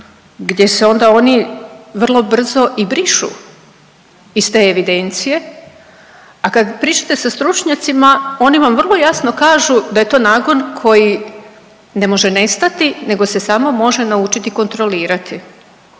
gdje se onda oni vrlo brzo i brišu iz te evidencije, a kad pričate sa stručnjacima oni vam vrlo jasno kažu da je to nagon koji ne može nestati nego se samo može naučiti kontrolirati